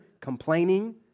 complaining